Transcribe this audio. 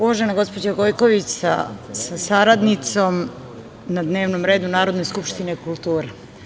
Uvažena gospođo Gojković sa saradnicom, na dnevnom redu Narodne skupštine je kultura.